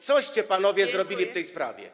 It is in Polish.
Coście panowie zrobili w tej sprawie?